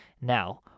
Now